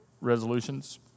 resolutions